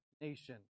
nation